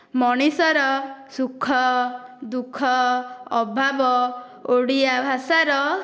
ମଣିଷର ସୁଖ ଦୁଃଖ ଅଭାବ ଓଡ଼ିଆ ଭାଷାର